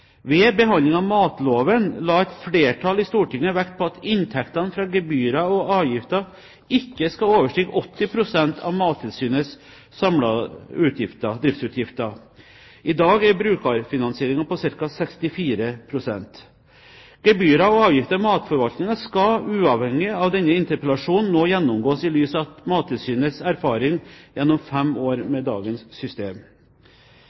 Ved behandlingen av matloven la et flertall i Stortinget vekt på at inntektene fra gebyrer og avgifter ikke skal overstige 80 pst. av Mattilsynets samlede driftsutgifter. I dag er brukerfinansieringen på ca. 64 pst. Gebyrer og avgifter i matforvaltningen skal, uavhengig av denne interpellasjonen, nå gjennomgås i lys av Mattilsynets erfaring gjennom fem år